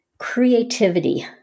creativity